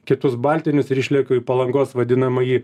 kitus baltinius ir išlėkiau į palangos vadinamąjį